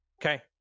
Okay